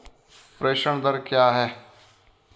प्रेषण दर क्या है?